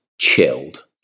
chilled